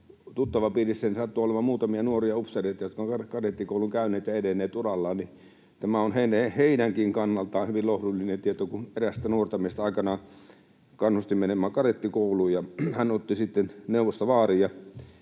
Tuttavapiirissäni sattuu olemaan muutamia nuoria upseereita, jotka ovat kadettikoulun käyneet ja edenneet urallaan, ja tämä on heidänkin kannaltaan hyvin lohdullinen tieto. Erästä nuorta miestä aikanaan kannustin menemään kadettikouluun, hän otti sitten neuvosta vaarin.